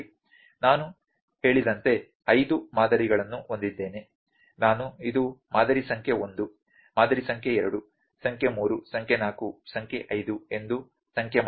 ನಾನು ಹೇಳಿದಂತೆ ಐದು ಮಾದರಿಗಳನ್ನು ಹೊಂದಿದ್ದೇನೆ ನಾನು ಇದು ಮಾದರಿ ಸಂಖ್ಯೆ 1 ಮಾದರಿ ಸಂಖ್ಯೆ 2 ಸಂಖ್ಯೆ 3 ಸಂಖ್ಯೆ 4 ಸಂಖ್ಯೆ 5 ಎಂದು ಸಂಖ್ಯೆ ಮಾಡಿದ್ದೇನೆ